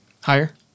Higher